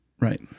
Right